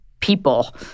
people